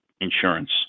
insurance